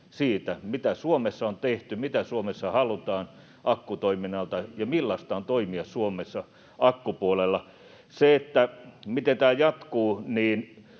mitä Suomessa on tehty, mitä Suomessa halutaan akkutoiminnalta ja millaista on toimia Suomessa akkupuolella. Siihen, miten tämä jatkuu: